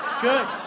Good